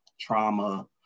trauma